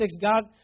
God